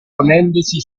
ponendosi